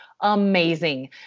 amazing